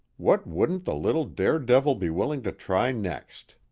what wouldn't the little dare-devil be willing to try next?